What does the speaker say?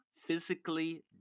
physically